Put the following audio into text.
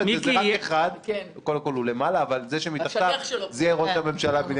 לכו לראש הממשלה,